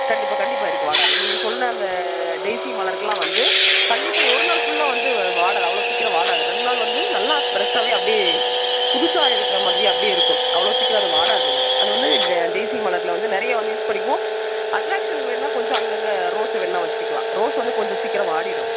கண்டிப்பாக கண்டிப்பாக இருக்கு வாடாது நீங்கள் சொன்ன அந்த டெய்ஸி மலர்கள்லாம் வந்து கண்டிப்பாக ஒரு நாள் ஃபுல்லாக வந்து வாடாது அவ்வளோ சீக்கிரம் வாடாது ரெண்டு நாள் வந்து நல்லா ஃப்ரெஷ்ஷாகவே அப்படே புதுசாக இருக்கிற மாதிரி அப்படியே இருக்கும் அவ்வளோ சீக்கிரம் அது வாடாதுங்க அது வந்து டே டெய்ஸி மலரில் வந்து நிறையா வந்து யூஸ் பண்ணிக்குவோம் அட்ராக்ஷனுக்கு வேணா கொஞ்சம் அங்கங்க ரோஸ் வேணா வச்சுக்கிலாம் ரோஸ் வந்து கொஞ்சம் சீக்கிரம் வாடிவிடும்